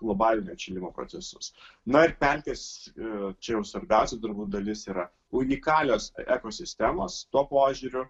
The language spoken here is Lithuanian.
globalinio atšilimo procesus na ir pelkės čia jau svarbiausia turbūt dalis yra unikalios ekosistemos tuo požiūriu